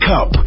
Cup